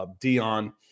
Dion